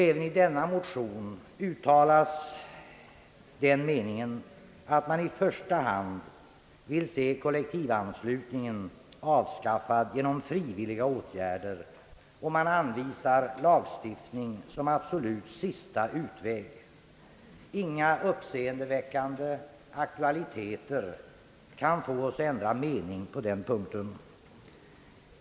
Även i denna motion uttalas den meningen, att man i första hand vill se kollektivanslutningen avskaffad genom frivilliga åtgärder. Man anvisar lagstiftning som den absolut sista utvägen. Inga uppseendeväckande «aktualiteter kan få oss att ändra mening på den punkten.